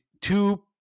two